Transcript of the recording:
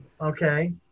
okay